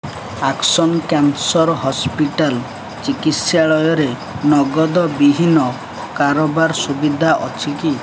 action cancer hospital ଚିକିତ୍ସାଳୟରେ ନଗଦ ବିହୀନ କାରବାର ସୁବିଧା ଅଛି କି